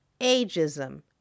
ageism